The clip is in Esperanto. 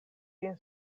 ĝin